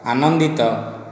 ଆନନ୍ଦିତ